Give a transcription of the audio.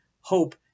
hope